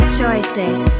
choices